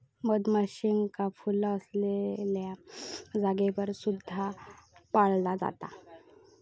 मधमाशींका फुला असलेल्या जागेवर सुद्धा पाळला जाता